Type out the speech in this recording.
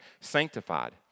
sanctified